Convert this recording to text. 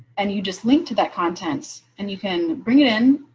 and you just link to that content and you can bring it in,